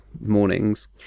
Mornings